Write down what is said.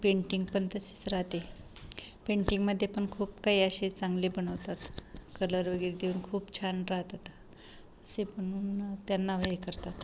painting पण तसेच राहते पेन्टिंगमध्ये पण खूप काही असे चांगले बनवतात कलर वगैरे देऊन खूप छान राहतात असे बनवून त्यांना हे करतात